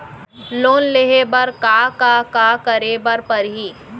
Loan लेहे बर का का का करे बर परहि?